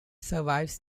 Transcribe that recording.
survives